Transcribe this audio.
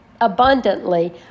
abundantly